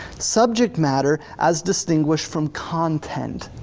subject matter as distinguished from content.